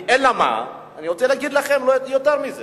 אלא מה, אני רוצה לומר לכם יותר מזה: